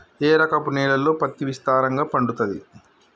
ఏ రకపు నేలల్లో పత్తి విస్తారంగా పండుతది?